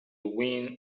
wind